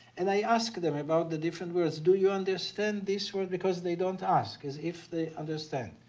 and i ask them about the different words. do you understand this word? because they don't ask as if they understand.